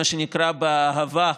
מה שנקרא באהבה,